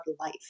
life